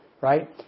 right